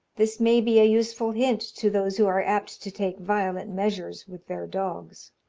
this may be a useful hint to those who are apt to take violent measures with their dogs.